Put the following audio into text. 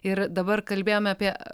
ir dabar kalbėjom apie